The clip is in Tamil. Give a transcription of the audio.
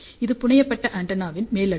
இது புனையப்பட்ட ஆண்டெனாவின் மேல் அடுக்கு